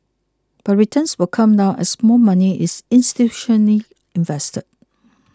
but returns will come down as more money is institutionally invested